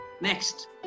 Next